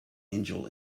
angel